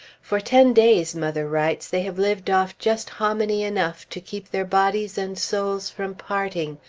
for ten days, mother writes, they have lived off just hominy enough to keep their bodies and souls from parting,